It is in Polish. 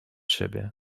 siebie